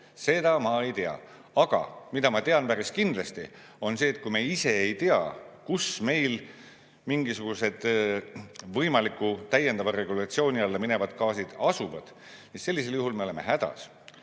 Seda ma ei tea. Aga mida ma tean päris kindlasti, on see, et sellisel juhul, kui me ise ei tea, kus meil mingisugused võimaliku täiendava regulatsiooni alla minevad gaasid asuvad, me oleme hädas.